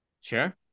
Sure